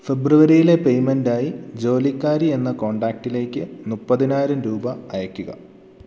ഫെബ്രുവരിയിലെ payment ആയി ജോലിക്കാരി എന്ന കോണ്ടാക്ടിലേക്ക് മുപ്പതിനായിരം രൂപ അയക്കുക